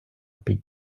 під